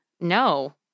No